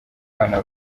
bana